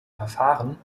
verfahren